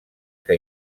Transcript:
que